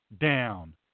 down